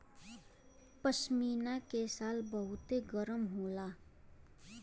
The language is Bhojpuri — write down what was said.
पश्मीना के शाल बहुते गरम होला